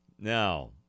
Now